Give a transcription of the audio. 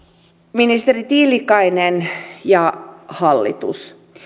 ministeri tiilikainen ja hallitus